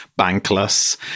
bankless